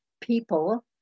people